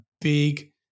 big